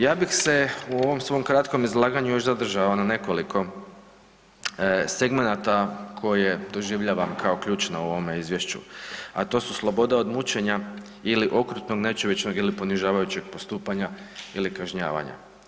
Ja bih se u ovom svom kratkom izlaganju još zadržao na nekoliko segmenata koje doživljavam kao ključne u ovome izvješću, a to su sloboda od mučenja ili okrutnog nečovječnog ili ponižavajućeg postupanja ili kažnjavanja.